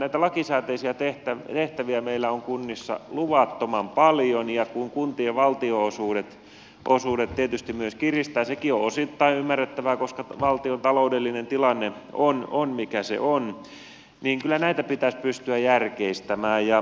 näitä lakisääteisiä tehtäviä meillä on kunnissa luvattoman paljon ja kun kuntien valtionosuudet tietysti myös kiristyvät sekin on osittain ymmärrettävää koska valtion taloudellinen tilanne on mikä se on niin kyllä näitä pitäisi pystyä järkeistämään